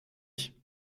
ich